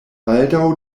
baldaŭ